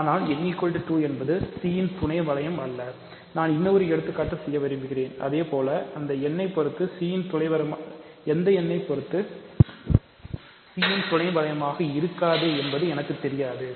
ஆனால் n 2 என்பதுC ன் ஒரு துணை வளையம் அல்ல நான் இன்னொரு எடுத்துக்காட்டு செய்ய விரும்புகிறேன் இதேபோல் அது எந்த எண்ணைப் பொறுத்து C இன் துணை வளையமாக இருக்காது என்பது எனக்கு தெரியாது